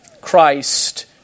Christ